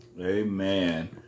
Amen